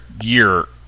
year